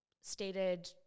stated